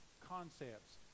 concepts